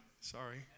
sorry